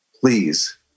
Please